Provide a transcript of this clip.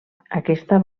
aquesta